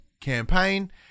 campaign